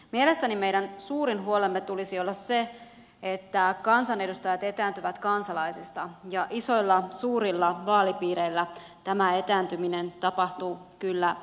mielestäni meidän suurimman huolemme tulisi olla se että kansanedustajat etääntyvät kansalaisista ja suurilla vaalipiireillä tämä etääntyminen voimistuu kyllä entisestään